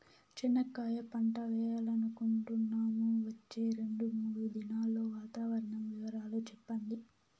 చెనక్కాయ పంట వేయాలనుకుంటున్నాము, వచ్చే రెండు, మూడు దినాల్లో వాతావరణం వివరాలు చెప్పండి?